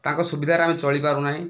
ତାଙ୍କ ସୁବିଧାରେ ଆମେ ଚଳିପାରୁନାହିଁ